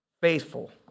Faithful